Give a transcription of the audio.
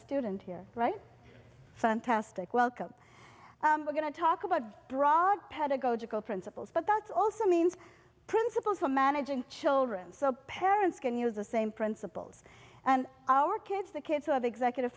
student here right fantastic welcome we're going to talk about broad pedagogical principles but that's also means principles for managing children so parents can use the same principals and our kids the kids have executive